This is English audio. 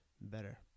better